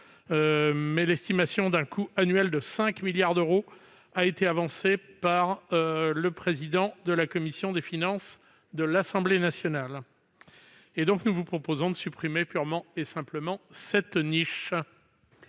L'estimation d'un coût annuel de 5 milliards d'euros a été avancée par le président de la commission des finances de l'Assemblée nationale. Nous vous proposons donc de supprimer purement et simplement cette niche.